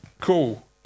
cool